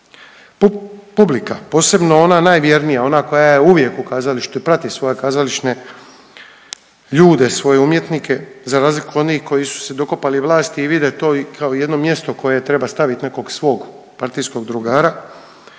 Publika, posebno ona najvjernija, ona koja je uvijek u kazalištu i prati svoje kazališne ljude, svoje umjetnike za razliku od onih koji su se dokopali vlasti i vide to kao jedno mjesto koje treba stavit nekog svog partijskog drugara,